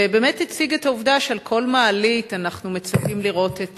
ובאמת הציג את העובדה שעל כל מעלית אנחנו מצפים לראות את